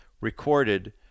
recorded